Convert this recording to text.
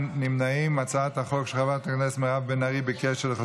להעביר את הצעת חוק מבקר המדינה (תיקון מס' 50) (הגנה